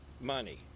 money